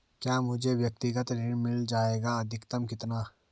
क्या मुझे व्यक्तिगत ऋण मिल जायेगा अधिकतम कितना?